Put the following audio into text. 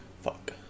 Fuck